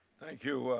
you,